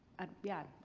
um, yeah.